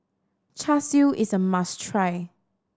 Char Siu is a must try